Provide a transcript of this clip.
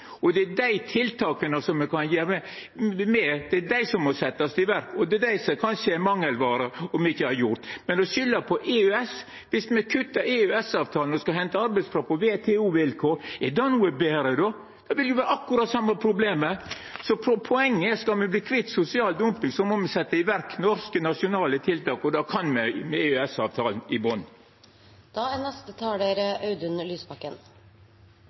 det. Det er tiltaka som kan gjera noko med det, som må setjast i verk. Det er dei som kanskje er mangelvare, og som me ikkje har gjort. Men å skulda på EØS? Viss me kuttar EØS-avtalen og skal henta arbeidskraft på WTO-vilkår, er det noko betre? Det vil jo gje akkurat det same problemet. Poenget er at skal me kvitta oss med sosial dumping, må me setja i verk norske, nasjonale tiltak, og det kan me med EØS-avtalen i